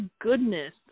goodness